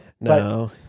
No